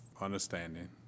understanding